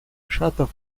шатов